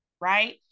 right